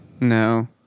No